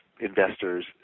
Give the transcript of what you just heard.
investors